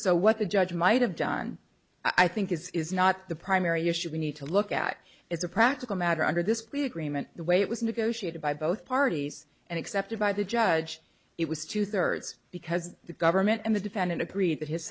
so what the judge might have done i think is not the primary issue we need to look at as a practical matter under this plea agreement the way it was negotiated by both parties and accepted by the judge it was two thirds because the government and the defendant appreciate that his